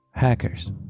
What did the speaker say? Hackers